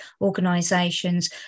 organisations